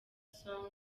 song